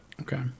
Okay